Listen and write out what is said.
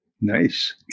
Nice